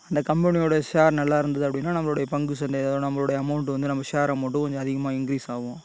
அந்த கம்பெனியோடைய ஷேர் நல்லா இருந்துது அப்படின்னா நம்மளோடைய பங்கு சந்தை அதாவது நம்மளோடைய அமௌண்ட் வந்து நம்ம ஷேர் அமௌண்ட்டு கொஞ்சம் அதிகமாக இன்க்ரீஸ் ஆகும்